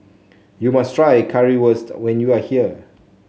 you must try Currywurst when you are here